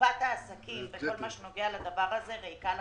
קופת העסקים בכל מה שנוגע לזה ריקה לחלוטין.